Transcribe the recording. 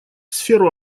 сферу